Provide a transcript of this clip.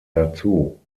dazu